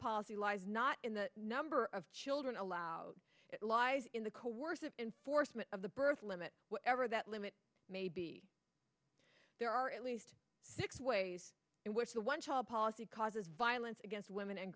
policy lies not in the number of children allowed it lies in the coercive enforcement of the birth limit whatever that limit may be there are at least six ways in which the one child policy causes violence against women and